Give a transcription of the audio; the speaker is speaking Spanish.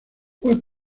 fue